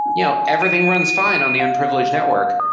you know everything runs fine on the unprivileged network.